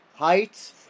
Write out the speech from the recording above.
height